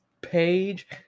page